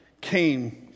came